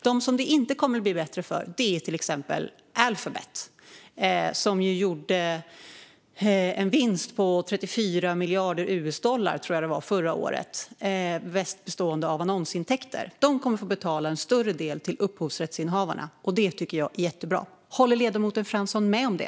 Dem som det inte kommer att bli bättre för är till exempel Alphabet, som gjorde en vinst på omkring 34 miljarder US-dollar förra året, mest bestående av annonsintäkter. De kommer att få betala en större del till upphovsrättsinnehavarna. Det tycker jag är jättebra. Håller ledamoten Fransson med om det?